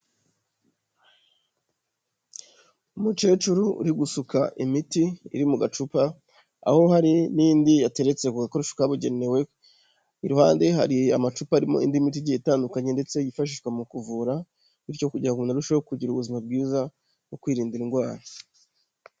Umukecuru uri gusuka imiti iri mu gacupa, aho hari n'indi yateretse kabugenewe, iruhande hari amacupa arimo indi miti igiye itandukanye ndetse yifashishwa mu kuvura bityo kugira ngo arusheho kugira ubuzima bwiza mu kwirinda indwara.